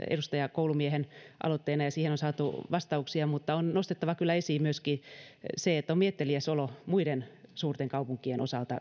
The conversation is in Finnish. edustaja koulumiehen aloitteena ja siihen on saatu vastauksia mutta on nostettava kyllä esiin myöskin se että on mietteliäs olo sikäli mitä tämä merkitsee muiden suurten kaupunkien osalta